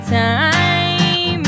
time